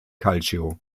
calcio